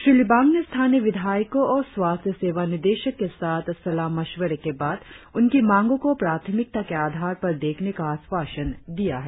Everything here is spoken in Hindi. श्री लिबांग ने स्थानीय विधायकों और स्वास्थ्य सेवा निदेशक के साथ सलाह मशवरे के बाद उनकी मांगों को प्राथमिकता के आधार पर देखने का आश्वासन दिया है